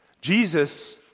Jesus